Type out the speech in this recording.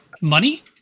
money